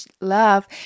love